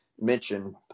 mention